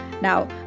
Now